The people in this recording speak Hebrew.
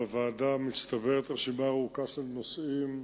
בוועדה מצטברת רשימה ארוכה של נושאים,